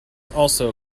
also